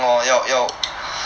fourteen ah